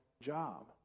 job